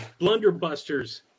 blunderbusters